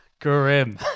grim